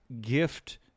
gift